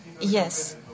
Yes